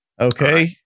Okay